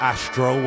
Astro